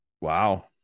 Wow